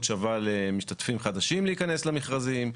שווה למשתתפים חדשים להיכנס למכרזים,